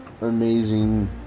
amazing